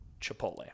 Chipotle